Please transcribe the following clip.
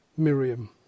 Miriam